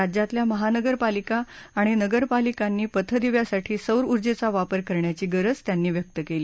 राज्यातल्या महानगरपालिका आणि नगरपालिकांनी पथदिव्यांसाठी सौर ऊर्जेचा वापर करण्याची गरज त्यांनी व्यक्त केली